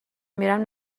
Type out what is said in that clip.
میرم